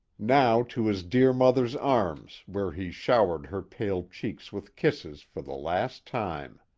now to his dear mother's arms, where he showered her pale cheeks with kisses for the last time.